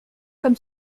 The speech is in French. comme